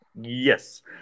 yes